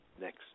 next